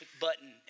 button